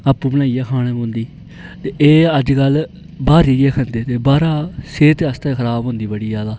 आपूं बनाइयै खाना पौंदी ते एह् अजकल बाहर जेइयै खंदे ते बाहर आहली सेहत आस्तै खराब होंदी बड़ी ज्यादा